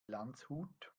landshut